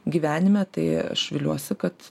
gyvenime tai aš viliuosi kad